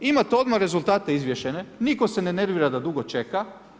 I imate odmah rezultate izvješene, nitko se ne nervira da dugo čeka.